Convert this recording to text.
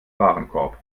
warenkorb